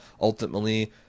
ultimately